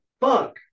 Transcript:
Fuck